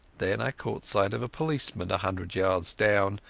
then i caught sight of a policeman a hundred yards down,